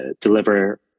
deliver